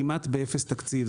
כמעט באפס תקציב.